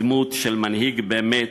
דמות של מנהיג, באמת,